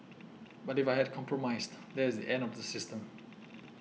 but if I had compromised that is the end of the system